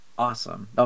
Awesome